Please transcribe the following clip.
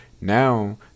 Now